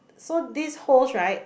so this host right